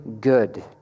good